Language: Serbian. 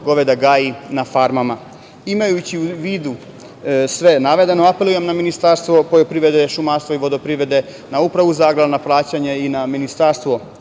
goveda gaji na farmama. Imajući u vidu sve navedeno, apelujem na Ministarstvo poljoprivrede, šumarstva i vodoprivrede, na Upravu za agrarna plaćanja i na Ministarstvo